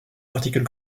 particule